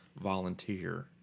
volunteer